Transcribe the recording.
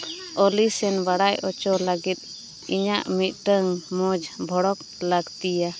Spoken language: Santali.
ᱚᱞᱤ ᱥᱮᱱ ᱵᱟᱲᱟᱭ ᱦᱚᱪᱚ ᱞᱟᱹᱜᱤᱫ ᱤᱧᱟᱹᱜ ᱢᱤᱫᱴᱟᱱ ᱢᱚᱡᱽ ᱵᱷᱚᱲᱚᱠ ᱞᱟᱹᱠᱛᱤᱭᱟ